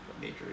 Major